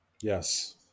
yes